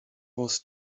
was